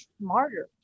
smarter